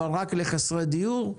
אבל רק לחסרי דיור,